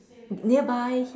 nearby